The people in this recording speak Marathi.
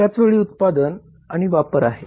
एकाच वेळी उत्पादन आणि वापर आहे